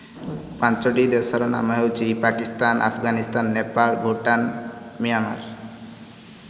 ପାଞ୍ଚଟି ଦେଶର ନାମ ହେଉଛି ପାକିସ୍ତାନ ଆଫଗାନିସ୍ତାନ ନେପାଳ ଭୁଟାନ ମିଆଁମାର